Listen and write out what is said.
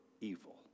evil